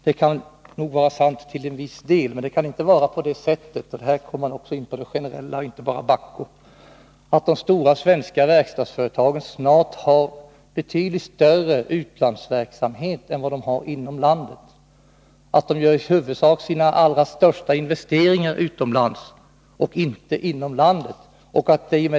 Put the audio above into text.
Det kan nog vara sant till en viss del, men det kan inte få vara på det sättet — och här talar jag rent generellt och inte bara om Bahco — att de stora svenska verkstadsföretagen snart har betydligt större verksamhet utanför landet än de har inom landet, att de i huvudsak gör sina allra största investeringar utomlands och inte inom landet.